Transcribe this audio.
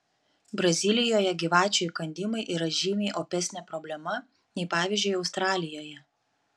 brazilijoje gyvačių įkandimai yra žymiai opesnė problema nei pavyzdžiui australijoje